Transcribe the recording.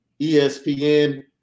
ESPN